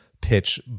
pitch